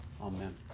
Amen